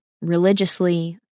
Religiously